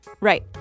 Right